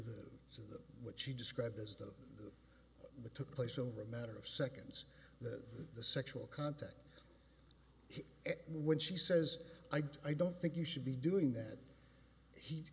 that what she described as the the took place over a matter of seconds that the sexual contact when she says i do i don't think you should be doing that he